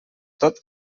tot